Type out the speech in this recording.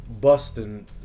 busting